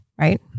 right